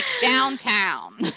downtown